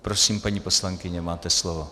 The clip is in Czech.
Prosím, paní poslankyně, máte slovo.